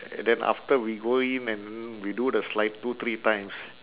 and then after we go in and then we do the slide two three times